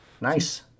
Nice